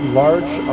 large